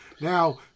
Now